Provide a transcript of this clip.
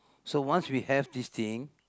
so once we have this thing